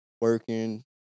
working